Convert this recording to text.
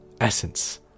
essence